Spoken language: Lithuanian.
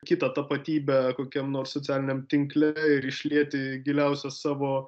kitą tapatybę kokiam nors socialiniam tinkle ir išlieti giliausias savo